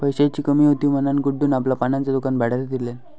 पैशाची कमी हुती म्हणान गुड्डून आपला पानांचा दुकान भाड्यार दिल्यान